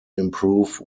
improve